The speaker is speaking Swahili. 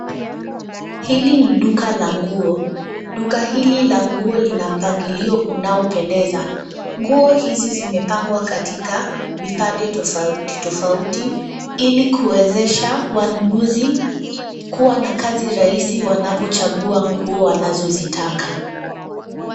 Hili ni duka la nguo. Duka hili la nguo lina mpangilio unaopendeza. Nguo hizi zimepangwa katika vipande tofauti tofauti, ili kuwezesha wanunuzi kua na kazi rahisi wanapochagua nguo wanazozitaka.